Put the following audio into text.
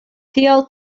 tial